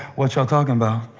what y'all talking about?